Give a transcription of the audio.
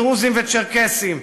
דרוזים וצ'רקסים,